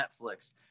Netflix